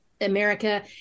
America